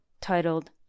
titled